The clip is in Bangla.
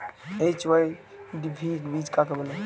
এইচ.ওয়াই.ভি বীজ কাকে বলে?